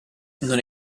non